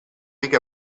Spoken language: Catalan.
ric